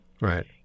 right